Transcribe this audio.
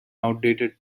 outdated